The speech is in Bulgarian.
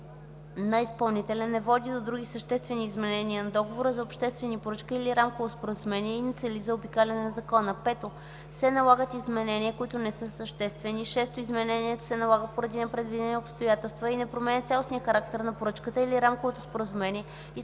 на изпълнителя не води до други съществени изменения на договора за обществена поръчка или рамковото споразумение и не цели заобикаляне на закона; 5. се налагат изменения, които не са съществени; 6. изменението се налага поради непредвидени обстоятелства и не променя цялостния характер на поръчката или рамковото споразумение и са изпълнени